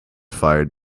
fired